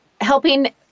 helping